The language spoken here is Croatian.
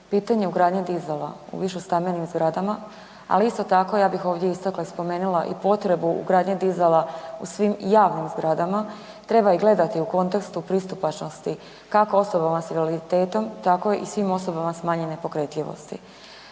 pitanje ugradnje dizala u višestambenim zgradama, ali isto tako ja bih ovdje istakla i spomenila i potrebu ugradnje dizala u svim javnim zgradama, treba i gledati u kontekstu pristupačnosti kako osobama s invaliditetom, tako i svim osobama smanjene pokretljivosti.